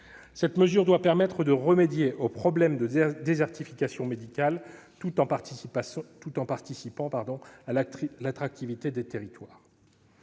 Cette mesure doit permettre de remédier au problème de désertification médicale tout en contribuant à l'attractivité des territoires.